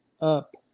up